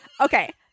Okay